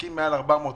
העסקים מעל 400 מיליון,